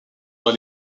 dans